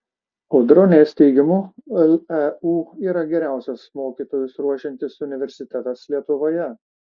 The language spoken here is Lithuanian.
audronės teigimu leu yra geriausias mokytojus ruošiantis universitetas lietuvoje